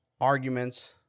arguments